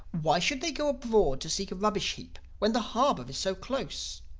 why should they go abroad to seek a rubbish-heap, when the harbor is so close?